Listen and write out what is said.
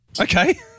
Okay